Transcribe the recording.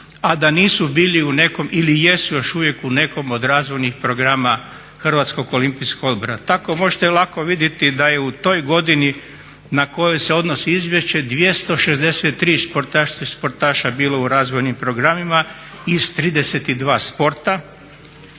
a da nisu bili u nekom, ili jesu još uvijek u nekom od razvojnih programa HOO. Tako možete lako vidjeti da je u toj godini na koju se odnosi izvješće 263 sportašice i sportaša bilo u razvojnim programima iz 32 sporta